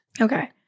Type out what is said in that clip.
Okay